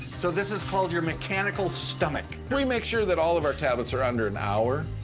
so this is called your mechanical stomach. we make sure that all of our tablets are under an hour.